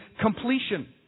completion